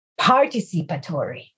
participatory